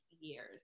years